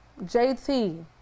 JT